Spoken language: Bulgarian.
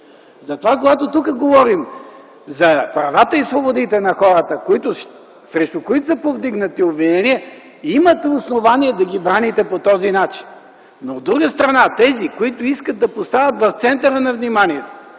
Затова когато говорим тук за правата и свободите на хората, срещу които са повдигнати обвинения, имате основание да ги браните по този начин, но от друга страна онези, които искат да поставят в центъра на вниманието